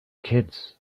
kids